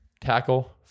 tackle